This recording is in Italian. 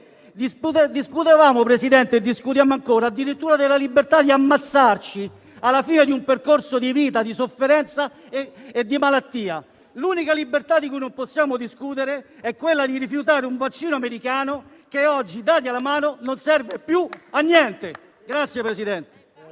Discutevamo e discutiamo ancora addirittura della libertà di ammazzarci alla fine di un percorso di vita, di sofferenza e di malattia. L'unica libertà di cui non possiamo discutere è quella di rifiutare un vaccino americano che oggi, dati alla mano, non serve più a niente.